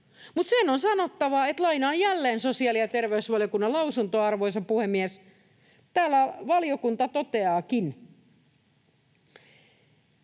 Mutta se on sanottava — ja lainaan jälleen sosiaali- ja terveysvaliokunnan lausuntoa, arvoisa puhemies — että täällä valiokunta toteaakin,